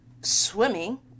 swimming